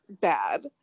bad